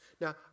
Now